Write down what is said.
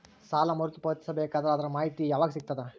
ಸಾಲ ಮರು ಪಾವತಿಸಬೇಕಾದರ ಅದರ್ ಮಾಹಿತಿ ಯವಾಗ ಸಿಗತದ?